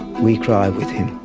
we cry with him.